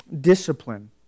discipline